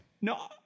No